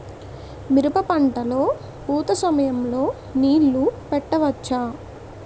మిరప పంట లొ పూత సమయం లొ నీళ్ళు పెట్టవచ్చా?